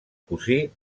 cosí